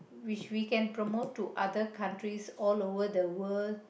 which we can promote to other countries all over the world